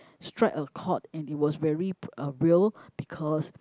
strike a chord and it was very uh real because